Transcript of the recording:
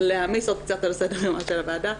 להעמיס עוד קצת על סדר יומה של הוועדה,